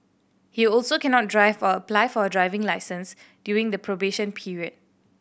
he also cannot drive or apply for a driving licence during the probation period